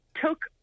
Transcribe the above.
took